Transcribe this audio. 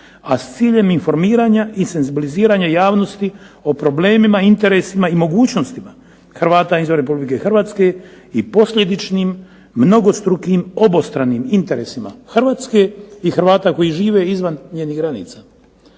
a s ciljem informiranja i senzibiliziranja javnosti o problemima, interesima i mogućnostima Hrvata izvan Republike Hrvatske i posljedičnim mnogostrukim obostranim interesima Hrvatske i Hrvata koji žive izvan njenih granica.